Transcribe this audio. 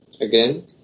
again